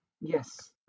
Yes